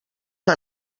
que